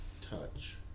touch